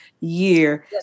year